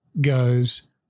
goes